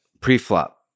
pre-flop